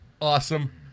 awesome